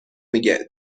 میگه